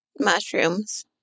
mushrooms